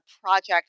project